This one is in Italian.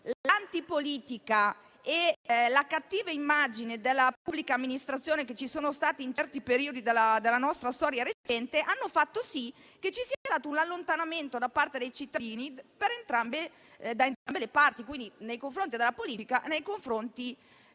L'antipolitica e la cattiva immagine della pubblica amministrazione, che ci sono state in certi periodi della nostra storia recente, hanno fatto sì che ci sia stato un allontanamento da parte dei cittadini da entrambe le parti, e quindi nei confronti della politica e nei confronti